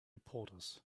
reporters